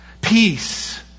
Peace